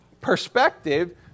perspective